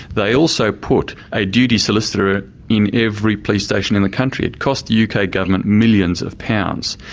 they also put a duty solicitor ah in every police station in the country. it cost the uk government millions of pounds.